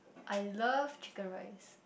I love chicken-rice